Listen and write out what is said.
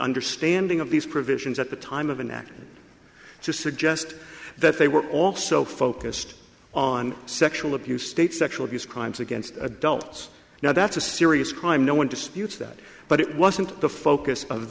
understanding of these provisions at the time of an act to suggest that they were also focused on sexual abuse states sexual abuse crimes against adults now that's a serious crime no one disputes that but it wasn't the focus of